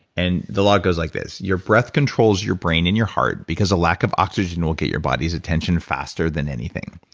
and the law goes like this. your breath controls your brain and your heart because a lack of oxygen will get your body's attention faster than anything.